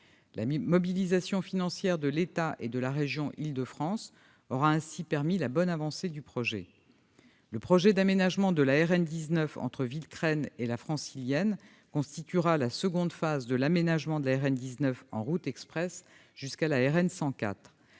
La mobilisation financière de l'État et de la région Île-de-France aura ainsi permis la bonne avancée du projet. Le projet d'aménagement de la RN19 entre Villecresnes et la Francilienne constituera la seconde phase de l'aménagement de la RN19 en route express jusqu'à la RN104.